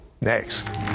Next